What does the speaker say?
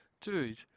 Dude